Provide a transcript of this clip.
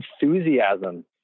enthusiasm